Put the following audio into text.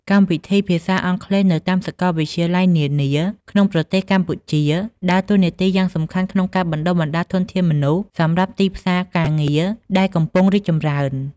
កម្មវិធីភាសាអង់គ្លេសនៅតាមសាកលវិទ្យាល័យនានា ក្នុងប្រទេសកម្ពុជា ដើរតួនាទីយ៉ាងសំខាន់ក្នុងការបណ្តុះបណ្តាលធនធានមនុស្សសម្រាប់ទីផ្សារការងារដែលកំពុងរីកចម្រើន។